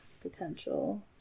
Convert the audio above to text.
Potential